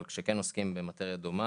אבל כן עוסקים במטריה דומה.